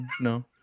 No